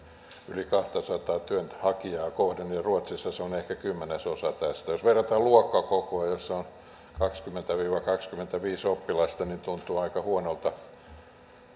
yli kahtasataa työnhakijaa kohden ja ruotsissa se on ehkä kymmenesosa tästä jos tätä verrataan luokkakokoon jossa on kaksikymmentä viiva kaksikymmentäviisi oppilasta niin tuntuu aika huonolta